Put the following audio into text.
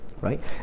right